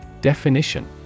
Definition